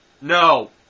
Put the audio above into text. No